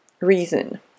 reason